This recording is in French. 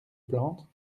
plantes